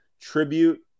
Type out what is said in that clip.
tribute